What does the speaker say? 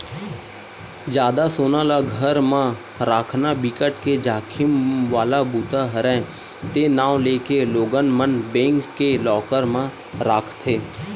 जादा सोना ल घर म राखना बिकट के जाखिम वाला बूता हरय ते नांव लेके लोगन मन बेंक के लॉकर म राखथे